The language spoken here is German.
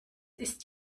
ist